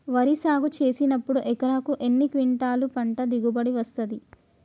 వరి సాగు చేసినప్పుడు ఎకరాకు ఎన్ని క్వింటాలు పంట దిగుబడి వస్తది?